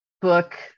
book